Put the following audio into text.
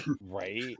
right